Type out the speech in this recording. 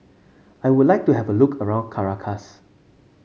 I would like to have a look around Caracas